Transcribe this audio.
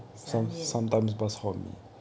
虾面